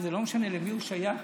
וזה לא משנה למי הם שייכים,